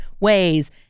ways